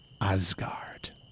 Asgard